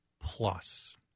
plus